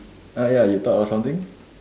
uh ya you thought of something